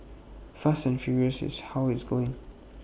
fast and furious is how it's going